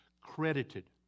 credited